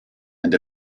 and